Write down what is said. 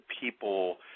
people